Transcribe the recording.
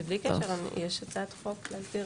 נמצאת כאן עו"ד ערגת-כל צפון מההסתדרות הרפואית.